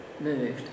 moved